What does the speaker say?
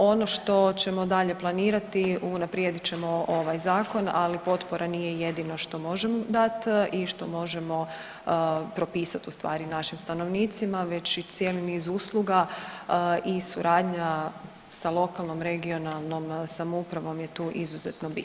Ono što ćemo dalje planirati, unaprijedit ćemo ovaj zakon ali potpora nije jedino što možemo dati i što možemo propisati ustvari našim stanovnicima već i cijeli niz usluga i suradnja sa lokalnom, regionalnom samoupravom je tu izuzetno bitna.